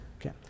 Okay